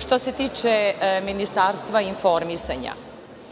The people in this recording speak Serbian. Što se tiče Ministarstva informisanja